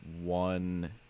one